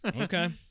Okay